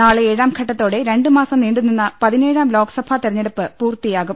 നാളെ ഏഴാംഘട്ടത്തോടെ രണ്ട്മാസം നീണ്ടുനിന്ന പതിനേ ഴാം ലോക്സഭാ തിരഞ്ഞെടുപ്പ് പൂർത്തിയാകും